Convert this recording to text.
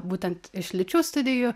būtent iš lyčių studijų